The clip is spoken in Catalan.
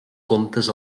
comptes